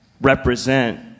represent